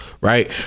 Right